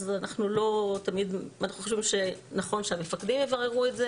אז אנחנו חושבים שנכון שהמפקדים יבררו את זה